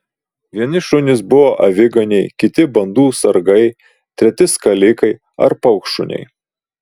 vieni šunys buvo aviganiai kiti bandų sargai treti skalikai ar paukštšuniai